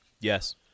Yes